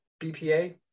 BPA